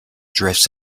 drifts